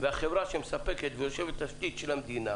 והחברה שמספקת תשתית של המדינה